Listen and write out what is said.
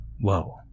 Whoa